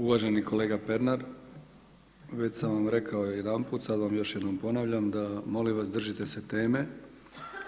Uvaženi kolega Pernar, već sam vam rekao jedanput, sada vam još jedanput ponavljam da molim vas držite se teme